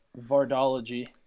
Vardology